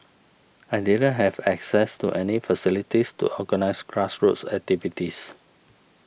I didn't have access to any facilities to organise grassroots activities